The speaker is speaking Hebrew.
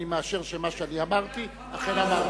אני מאשר שמה שאני אמרתי אכן אמרתי.